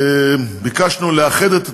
ביקשנו לאחד את התקציבים,